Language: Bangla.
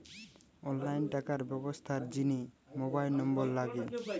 অনলাইন টাকার ব্যবস্থার জিনে মোবাইল নম্বর লাগে